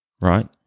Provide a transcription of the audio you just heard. right